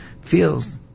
feels